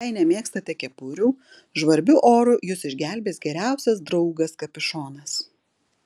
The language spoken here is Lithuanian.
jei nemėgstate kepurių žvarbiu oru jus išgelbės geriausias draugas kapišonas